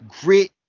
grit